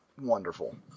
wonderful